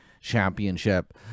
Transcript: Championship